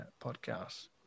podcast